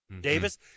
Davis